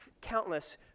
countless